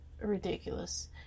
ridiculous